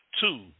Two